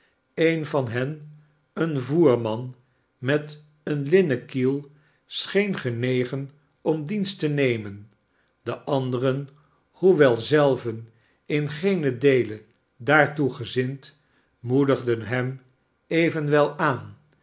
een van hen een voerman met een linnen kiel scheen genegen om dienst te nemen de anderen hoewel zelven in geenen deele daartoe gezind moedigden hem evenwel aan